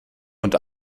und